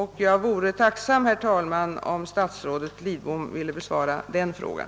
Jag vore tacksam om statsrådet Lidbom ville besvara den frågan.